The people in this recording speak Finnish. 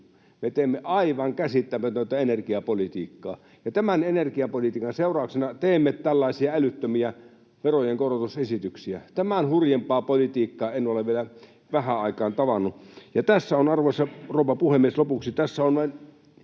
Me teemme aivan käsittämätöntä energiapolitiikkaa. Tämän energiapolitiikan seurauksena teemme tällaisia älyttömiä veronkorotusesityksiä. Tämän hurjempaa politiikkaa en ole vielä vähän aikaan tavannut. Arvoisa rouva puhemies! Lopuksi: